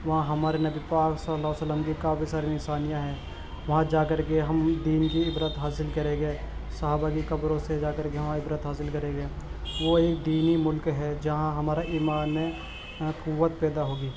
وہاں ہمارے نبی پاک صلی اللہ علیہ و سلم کی کافی ساری نشانیاں ہیں وہاں جا کر کے ہم دین کی عبرت حاصل کریں گے صحابہ کی قبروں سے جا کر کے ہم عبرت حاصل کریں گے وہ ایک دینی ملک ہے جہاں ہمارا ایمان قوت پیدا ہوگی